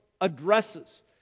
addresses